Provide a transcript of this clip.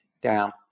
down